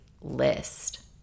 list